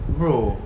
bro